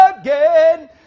again